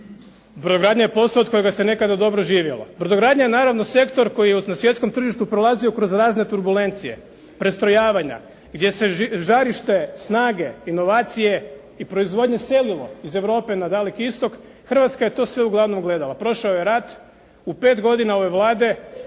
Brodogradnja je posao od kojega se nekada dobro živjelo. Brodogradnja je naravno sektor koji je na svjetskom tržištu prolazio kroz razne turbulencije, prestrojavanja, gdje se žarište snage inovacije i proizvodnje selilo iz Europe na daleki isto, Hrvatska je to sve uglavnom gledala. Prošao je rat, u pet godina ove Vlade